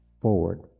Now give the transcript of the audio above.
forward